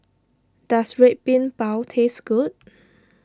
does Red Bean Bao taste good